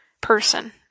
person